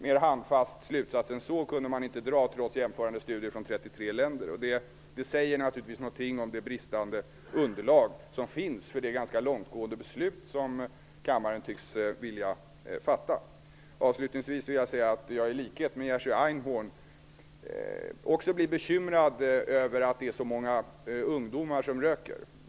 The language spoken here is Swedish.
Mera handfasta slutsatser än så gick det inte att dra trots jämförande studier i 33 länder. Det säger naturligtvis något om det bristande underlag som finns för det ganska långtgående beslut som kammaren tycks vilja fatta. Jag är, i likhet med Jerzy Einhorn, bekymrad över att det är så många ungdomar som röker.